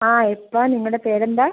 ആ എപ്പോഴാണ് നിങ്ങളുടെ പേരെന്താണ്